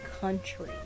country